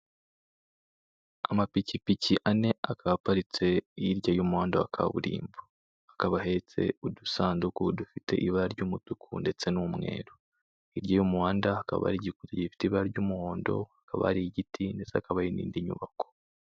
Amapikipiki ane akaba aparitse hirya y'umuhando wa kaburimbo, akaba ahetse udusanduku dufite ibara ry'umutuku ndetse n'umweru, hirya y'umuhanda hakaba hari igikuta gifite ibara ry'umuhondo, hakaba hari igiti ndetse n'izindi nyubako.